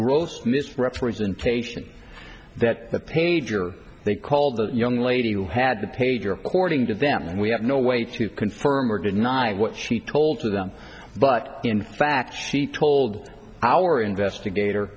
gross misrepresentation that the page or they call the young lady who had the page reporting to them and we have no way to confirm or deny what she told to them but in fact she told our investigator